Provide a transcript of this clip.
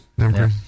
Okay